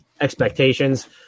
expectations